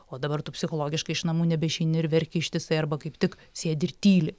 o dabar tu psichologiškai iš namų nebeišeini ir verki ištisai arba kaip tik sėdi ir tyli